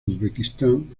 uzbekistán